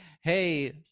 hey